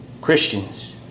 Christians